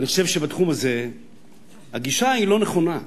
אני חושב שבתחום הזה הגישה היא לא נכונה.